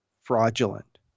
fraudulent